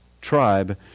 tribe